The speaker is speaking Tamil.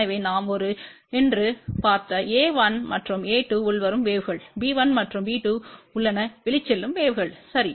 எனவே நாம் ஒரு என்று பார்த்த a1மற்றும் a2உள்வரும் வேவ்கள் b1மற்றும் b2உள்ளன வெளிச்செல்லும் வேவ்கள் சரி